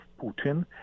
Putin